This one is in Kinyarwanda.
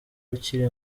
ukiri